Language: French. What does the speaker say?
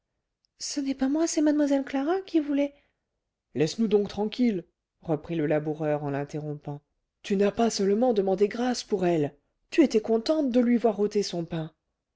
ce n'est pas moi c'est mlle clara qui voulait laisse-nous donc tranquilles reprit le laboureur en l'interrompant tu n'as pas seulement demandé grâce pour elle tu étais contente de lui voir ôter son pain